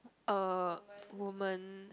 uh woman